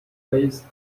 plays